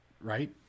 Right